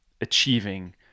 achieving